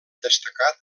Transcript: destacat